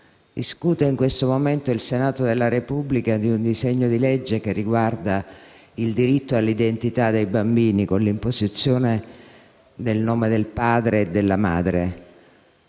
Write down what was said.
Discute in questi giorni il Senato della Repubblica di un disegno di legge che riguarda il diritto all'identità dei bambini, con l'imposizione del nome del padre e della madre;